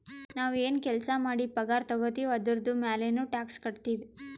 ನಾವ್ ಎನ್ ಕೆಲ್ಸಾ ಮಾಡಿ ಪಗಾರ ತಗೋತಿವ್ ಅದುರ್ದು ಮ್ಯಾಲನೂ ಟ್ಯಾಕ್ಸ್ ಕಟ್ಟತ್ತಿವ್